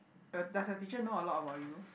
your does your teacher know a lot about you